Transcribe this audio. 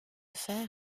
fer